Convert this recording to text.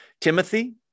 Timothy